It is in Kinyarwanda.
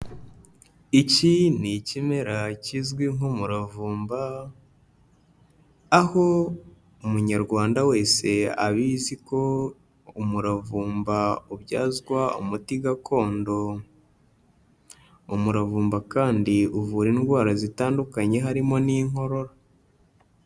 Iki ni ikimera kizwi nk'umuravumba, aho umunyarwanda wese abizi ko umuravumba ubyazwa umuti gakondo, umuravumba kandi uvura indwara zitandukanye harimo n'inkorora.